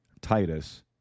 Titus